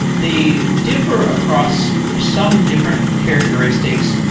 they differ across some different characteristics.